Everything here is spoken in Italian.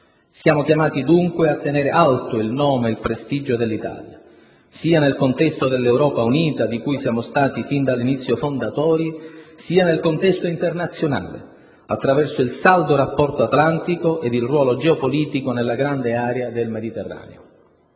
Siamo chiamati dunque a tenere alto il nome ed il prestigio dell'Italia, sia nel contesto dell'Europa unita, di cui siamo stati fin dall'inizio fondatori, sia nel contesto internazionale, attraverso il saldo rapporto atlantico ed il ruolo geopolitico nella grande area del Mediterraneo.